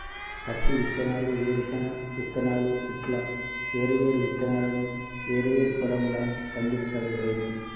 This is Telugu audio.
పత్తి విత్తనాలు, వేరుశన విత్తనాలు ఇట్లా వేరు వేరు విత్తనాలను వేరు వేరు పొలం ల పండిస్తాడు రైతు